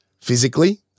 physically